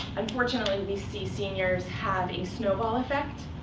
unfortunately, we see seniors have a snowball effect.